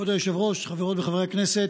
כבוד היושב-ראש, חברות וחברי הכנסת,